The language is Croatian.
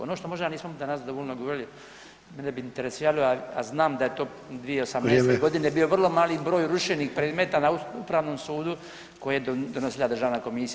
Ono što možda nismo danas dovoljno govorili mene bi interesiralo, a znam da je to 2018. godine bio [[Upadica Sanader: Vrijeme.]] vrlo mali broj rušenih predmeta na Upravnom sudu koje je donosila državna komisije.